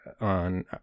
on